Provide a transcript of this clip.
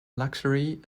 luxury